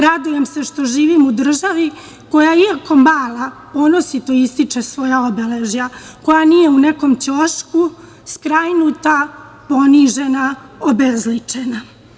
Radujem se što živim u državi koja je, iako mala, ponosito ističe svoja obeležja, koja nije u nekom ćošku skrajnuta, ponižena, obezličena.